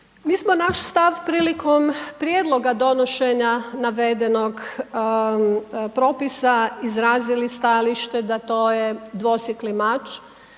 Mi smo naš stav prilikom prijedloga donošenja navedenog propisa izrazili stajalište da to je dvosjekli mač